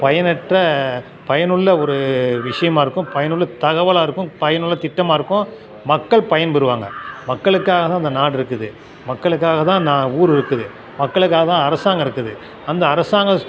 பயனற்ற பயனுள்ள ஒரு விஷயமா இருக்கும் பயனுள்ள தகவலாக இருக்குது பயனுள்ள திட்டமாக இருக்கும் மக்கள் பயன்பெறுவாங்க மக்களுக்காக தான் இந்த நாடு இருக்குது மக்களுக்காக தான் நா ஊர் இருக்குது மக்களுக்காகதான் அரசாங்கம் இருக்குது அந்த அரசாங்கம்